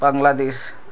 Bangladesh